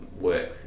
work